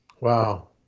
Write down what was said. wow